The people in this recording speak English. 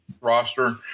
roster